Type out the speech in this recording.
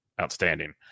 outstanding